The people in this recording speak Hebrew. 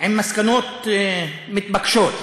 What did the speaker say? עם מסקנות מתבקשות.